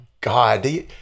god